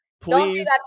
please